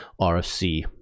rfc